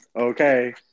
Okay